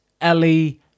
Ellie